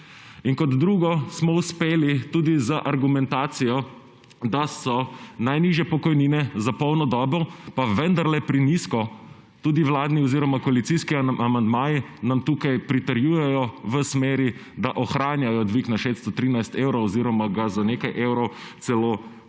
In kot drugo, uspeli smo tudi z argumentacijo, da so najnižje pokojnine za polno dobo pa vendarle prenizko, tudi vladni oziroma koalicijski amandmaji nam tukaj pritrjujejo v smeri, da ohranjajo dvig na 613 evrov oziroma ga za nekaj evrov celo